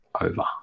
over